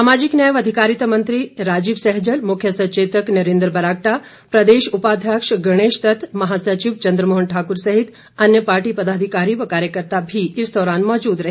सामाजिक न्याय व अधिकारिता मंत्री राजीव सैजल मुख्य सचेतक नरेंद्र बरागटा प्रदेश उपाध्यक्ष गणेश दत्त महासचिव चंद्रमोहन ठाकूर सहित अन्य पार्टी पदाधिकारी व कार्यकर्ता भी इस दौरान मौजूद रहे